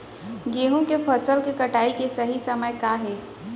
गेहूँ के फसल के कटाई के सही समय का हे?